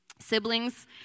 siblings